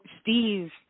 Steve